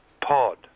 Pod